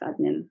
admin